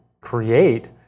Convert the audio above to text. create